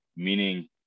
meaning